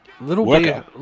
Little